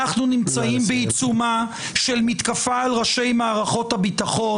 אנחנו נמצאים בעיצומה של מתקפה על ראשי מערכות הביטחון,